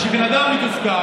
כשבן אדם מתוסכל,